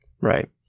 Right